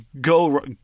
go